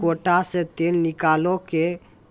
गोटा से तेल निकालो के